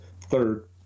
third